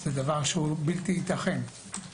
זה בלתי ייתכן.